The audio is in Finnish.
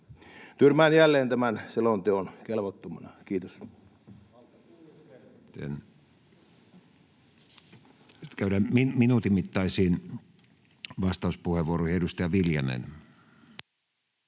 Tyrmään jälleen tämän selonteon kelvottomana. — Kiitos.